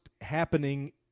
happening